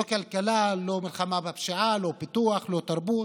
לא כלכלה, לא מלחמה בפשיעה, לא פיתוח ולא תרבות.